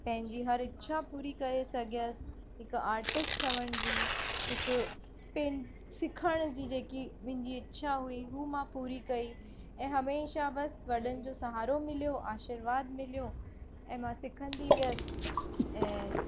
पंहिंजी हर इच्छा पूरी सघियसि हिकु आर्टस्ट ठहण जी हिकु पेंट सिखण जी जेकी मुंहिंजी इच्छा हुई हू मां पूरी कई ऐं हमेशह बस वॾनि जो सहारो मिलियो आशीर्वाद मिलियो ऐं मां सिखंदी वियसि ऐं